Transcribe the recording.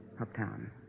Uptown